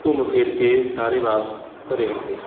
ਘੁੰਮ ਫਿਰ ਕੇ ਸਾਰੇ ਵਾਪਸ ਘਰ ਆਉਂਦੇ ਹਨ